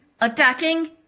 attacking